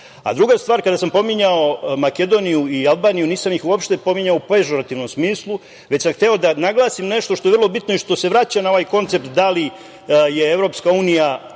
stvar, kada sam pominjao Makedoniju i Albaniju, nisam ih uopšte pominjao u pežorativnom smislu, već sam hteo da naglasim nešto što je vrlo bitno i što se vraća na ovaj koncept, da li je Evropska unija